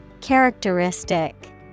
Characteristic